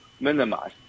minimize